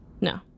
No